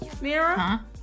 Mira